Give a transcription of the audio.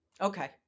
Okay